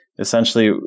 Essentially